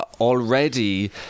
already